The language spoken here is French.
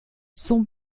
son